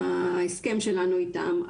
ההסכם שלנו איתם,